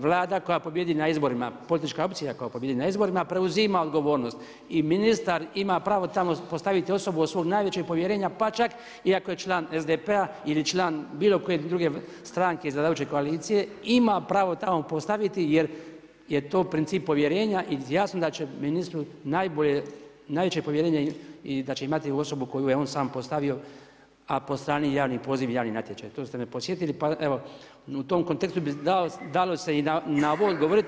Vlada koja pobijedi na izborima politička opcija koja pobijedi na izborima preuzima odgovornost i ministar ima pravo tamo postaviti osobu od svog najvećeg povjerenja, pa čak i ako je član SDP-a ili član bilo koje druge stranke iz vladajuće koalicije ima pravo tamo postaviti jer je to princip povjerenja i jasno da će ministru najbolje, najveće povjerenje imati u osobu koju je on sam postavio, a po strani javni poziv i javni natječaj.“ To ste me podsjetili, pa evo u tom kontekstu bi dalo se i na ovo odgovoriti.